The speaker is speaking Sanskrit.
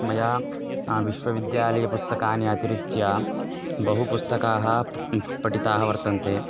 मया विश्वविद्यालयस्य पुस्तकानि अतिरिच्य बहूनि पुस्तकानि पठितानि वर्तन्ते